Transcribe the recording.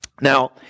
Now